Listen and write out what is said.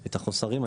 החוסרים.